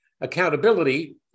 accountability